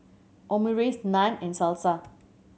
Omurice Naan and Salsa